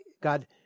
God